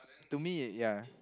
to me it ya